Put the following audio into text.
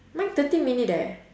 mine thirty minute eh